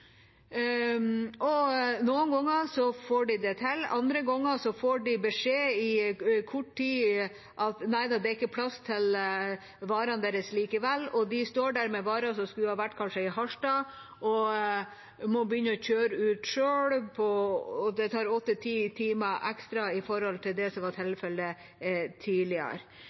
Noen ganger får de det til, andre ganger får de beskjed på kort varsel om at det ikke er plass til varene deres likevel. Da står de der med varer som kanskje skulle vært i Harstad, og må begynne å kjøre ut selv. Det tar åtte–ti timer ekstra i forhold til det som var tilfellet tidligere.